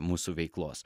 mūsų veiklos